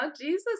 jesus